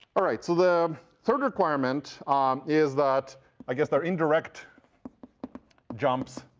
all right. so the third requirement is that i guess the indirect jumps